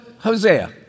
Hosea